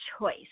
choice